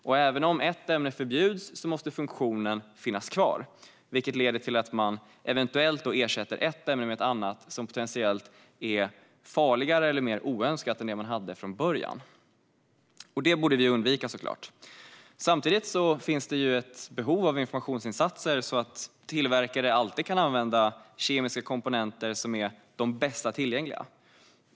Och även om ett ämne förbjuds måste funktionen finnas kvar, vilket leder till att man eventuellt ersätter ett ämne med ett annat som potentiellt är farligare eller mer oönskat än det man hade från början. Det borde vi såklart undvika. Samtidigt finns det ett behov av informationsinsatser så att tillverkare alltid kan använda bästa tillgängliga kemiska komponenter.